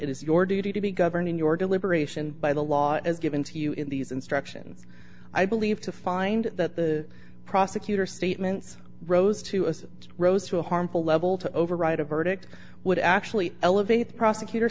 is your duty to be governed in your deliberation by the law as given to you in these instructions i believe to find that the prosecutor statements rose to a rose to a harmful level to override a verdict would actually elevate the prosecutor